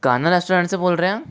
Kanha restaurant से बोल रहे हैं